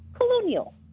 colonial